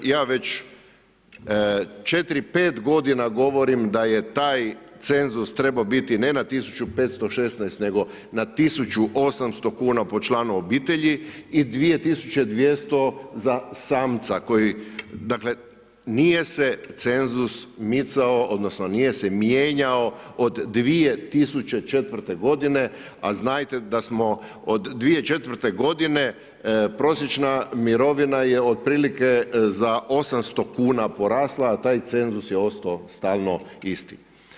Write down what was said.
Ja već 4-5 godina govorim da je taj cenzus trebao biti ne na 1516 nego na 1800 kuna po članu obitelji i 2200 za samca koji, dakle nije se cenzus micao odnosno nije se mijenjao od 2004. godine, a znajte da smo od 2004. godine prosječna mirovina je otprilike za 800 kuna porasla, a taj cenzus je ostao stalno isti.